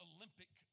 Olympic